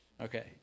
Okay